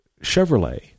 Chevrolet